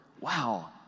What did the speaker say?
wow